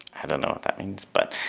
i don't know what that means, but.